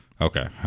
Okay